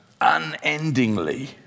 Unendingly